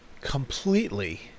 completely